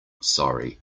sorry